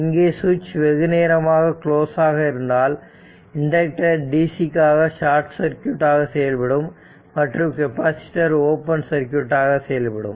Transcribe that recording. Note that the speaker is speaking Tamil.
இங்கே சுவிட்ச் வெகுநேரமாக க்ளோஸ் ஆக இருந்தால் இண்டக்டர் DC க்காக ஷாட் சர்க்யூட் ஆக செயல்படும் மற்றும் கெப்பாசிட்டர் ஓபன் சர்க்யூட் ஆக செயல்படும்